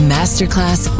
Masterclass